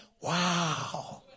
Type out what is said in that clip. Wow